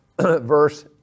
verse